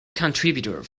contributor